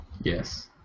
Yes